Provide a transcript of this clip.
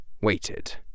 waited